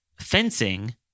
fencing